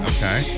Okay